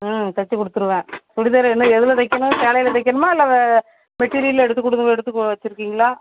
ம் தச்சு கொடுத்துருவேன் சுடிதார் என்ன எதில் தைக்கணும் சேலையிலையா தைக்கணுமா இல்லை வே மெட்டீரியல் எடுத்து கொடுக்க எடுத்து வச்சிருக்கீங்களா